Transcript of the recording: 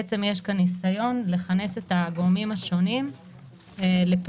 יש כאן ניסיון לכנס את הגורמים השונים לפעולות,